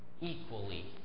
equally